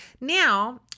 Now